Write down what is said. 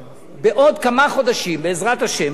בעוד כמה חודשים, בעזרת השם,